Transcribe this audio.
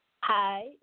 Hi